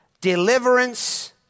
deliverance